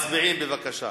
מצביעים, בבקשה.